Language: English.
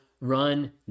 run